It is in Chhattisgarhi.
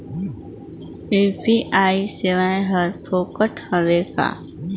यू.पी.आई सेवाएं हर फोकट हवय का?